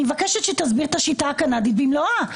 אני מבקשת שתסביר את השיטה הקנדית במלואה.